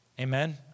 Amen